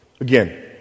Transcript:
Again